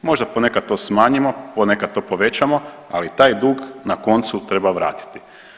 Možda ponekad to smanjimo ponekad to povećamo, ali taj dug na koncu treba vratiti.